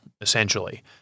essentially